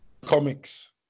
Comics